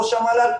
ראש המל"ל,